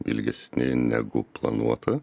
ilgesni negu planuota